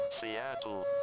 Seattle